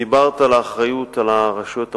דיברת על האחריות של הרשויות המקומיות.